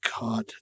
god